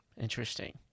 Interesting